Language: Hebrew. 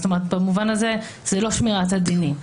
זאת אומרת, במובן הזה, זה לא שמירת הדינים.